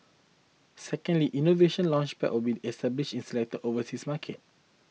secondly Innovation Launchpads will be established in selected overseas markets